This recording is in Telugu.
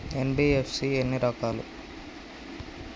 ఎన్.బి.ఎఫ్.సి ఎన్ని రకాలు?